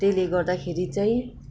त्यसले गर्दाखेरि चाहिँ